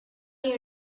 you